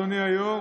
אדוני היו"ר,